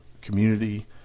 community